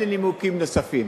אין לי נימוקים נוספים.